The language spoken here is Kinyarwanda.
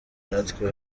natwe